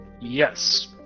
Yes